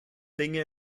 dinge